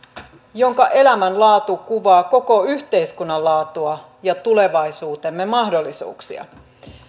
jonka elämänlaatu kuvaa koko yhteiskunnan laatua ja tulevaisuutemme mahdollisuuksia